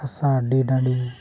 ᱦᱟᱥᱟ ᱟᱹᱰᱤ ᱰᱟᱹᱰᱤ